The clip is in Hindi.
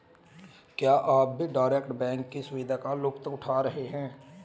क्या आप भी डायरेक्ट बैंक की सुविधा का लुफ्त उठा रहे हैं?